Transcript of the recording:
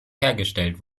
hergestellt